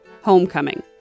Homecoming